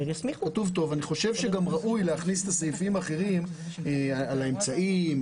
אני חושב שגם ראוי להכניס את הסעיפים האחרים על האמצעים,